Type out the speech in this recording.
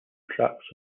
tracks